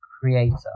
creator